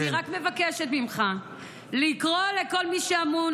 אני רק מבקשת ממך לקרוא לכל מי שאמון